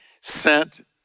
sent